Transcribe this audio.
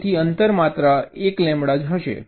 તેથી અંતર માત્ર 1 લેમ્બડા હશે